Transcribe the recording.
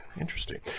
Interesting